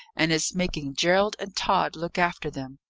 and is making gerald and tod look after them.